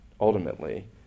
ultimately